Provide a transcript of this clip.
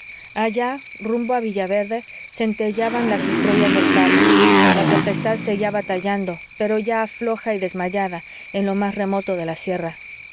allá rumbo a villaverde centelleaban las estrellas del carro la tempestad seguía batallando pero ya floja y desmayada en lo más remoto de la sierra